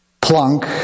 plunk